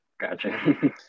Gotcha